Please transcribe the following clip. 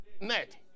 net